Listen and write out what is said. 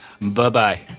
Bye-bye